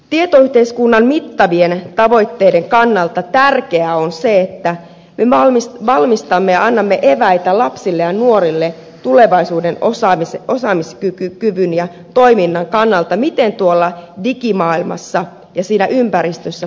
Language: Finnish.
tietoyhteiskunnan mittavien tavoitteiden kannalta tärkeää on se että me valmistamme ja annamme eväitä lapsille ja nuorille tulevaisuuden osaamiskyvyn ja toiminnan kannalta miten tuolla digimaailmassa ja siinä ympäristössä toimitaan